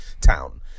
town